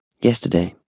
Yesterday